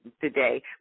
today